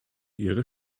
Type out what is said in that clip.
ihre